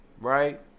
right